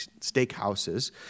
steakhouses